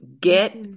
Get